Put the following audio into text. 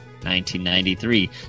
1993